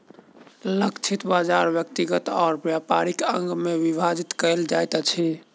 लक्षित बाजार व्यक्तिगत और व्यापारिक अंग में विभाजित कयल जाइत अछि